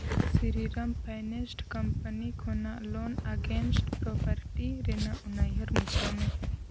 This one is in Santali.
ᱥᱨᱤᱨᱟᱢ ᱯᱷᱟᱭᱱᱟᱭᱤᱥ ᱠᱷᱚᱱᱟᱜ ᱞᱳᱱ ᱟᱜᱮᱱᱥᱴ ᱯᱨᱳᱯᱟᱨᱮᱴᱤ ᱨᱮᱱᱟᱜ ᱩᱱᱩᱭᱦᱟᱹᱨ ᱢᱩᱪᱷᱟᱹᱣ ᱢᱮ